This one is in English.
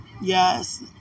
Yes